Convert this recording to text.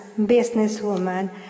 businesswoman